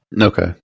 Okay